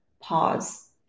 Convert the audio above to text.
pause